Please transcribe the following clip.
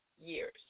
years